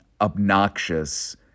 obnoxious